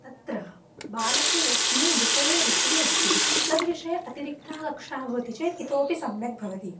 तत्र बालस्य यस्मिन् विषये रुचिः अस्ति तद्विषये अतिरिक्ता कक्षा भवति चेत् इतोऽपि सम्यग्भवति